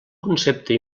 concepte